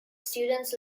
students